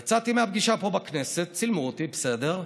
יצאתי מהפגישה פה בכנסת, צילמו אותי, בסדר,